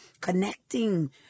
connecting